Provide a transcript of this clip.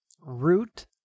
root